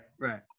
right